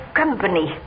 company